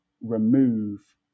remove